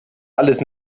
alles